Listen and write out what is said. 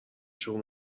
شروع